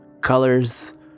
colors